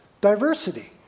diversity